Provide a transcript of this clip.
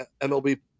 MLB